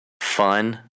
fun